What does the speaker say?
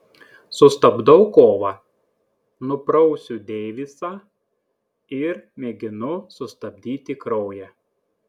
sustabdau kovą nuprausiu deivisą ir mėginu sustabdyti kraują